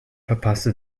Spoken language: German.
verpasste